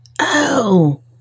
Oh